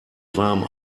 warm